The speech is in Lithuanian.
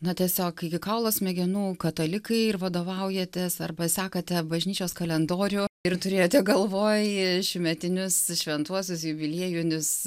na tiesiog iki kaulo smegenų katalikai ir vadovaujatės arba sekate bažnyčios kalendorių ir turėjote galvoj šiųmetinius šventuosius jubiliejinius